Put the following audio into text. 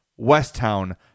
Westtown